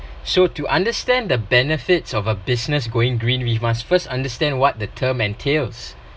so to understand the benefits of a business going green we must first understand what the term entails